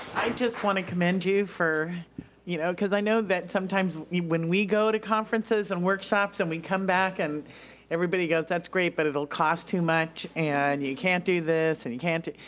i just want to commend you for you know, cause i know that sometimes when we go to conferences and workshops and we come back and everybody goes, that's great, but it'll cost too much. and you can't do this, and you can't do.